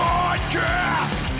Podcast